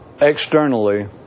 externally